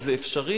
וזה אפשרי.